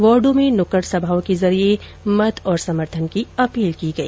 वार्डो में नुक्कड़ सभाओं के जरिये मत और समर्थन की अपील की गई